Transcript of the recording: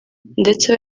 ndetse